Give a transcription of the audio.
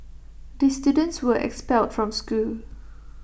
the students were expelled from school